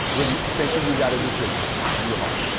review same thing you've got to do to your brain, and your heart.